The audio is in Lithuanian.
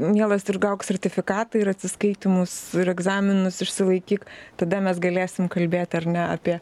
mielas ir gauk sertifikatą ir atsiskaitymus ir egzaminus išsilaikyk tada mes galėsim kalbėti ar ne apie